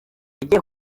yajyiye